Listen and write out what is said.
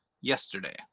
yesterday